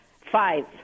five